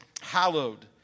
hallowed